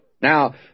Now